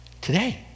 Today